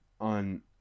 on